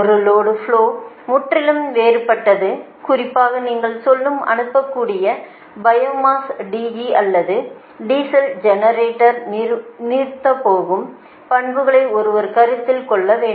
ஒரு load flow முற்றிலும் வேறுபட்டது குறிப்பாக நீங்கள் சொல்லும் அனுப்பக்கூடிய பயோமாஸ் DG அல்லது டீசல் ஜெனரேட்டர் நீர்த்துப்போகும் பண்புகளை ஒருவர் கருத்தில் கொள்ள வேண்டும்